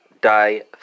die